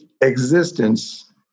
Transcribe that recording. existence